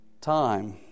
time